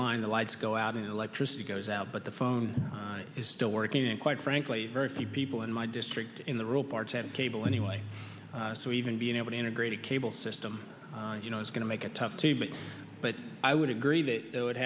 line the lights go out and electricity goes out but the phone is still working and quite frankly very few people in my district in the rural parts have cable anyway so even being able to integrate a cable system you know is going to make it tough to make but i would agree that it